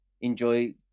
enjoy